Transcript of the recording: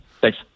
Thanks